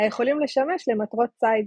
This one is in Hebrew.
היכולים לשמש למטרות ציד,